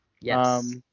Yes